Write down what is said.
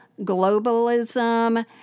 Globalism